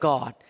God